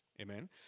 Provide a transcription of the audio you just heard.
Amen